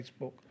Facebook